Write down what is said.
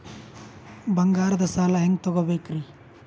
ಬಂಗಾರದ್ ಸಾಲ ಹೆಂಗ್ ತಗೊಬೇಕ್ರಿ?